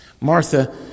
Martha